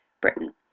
Britain